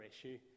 issue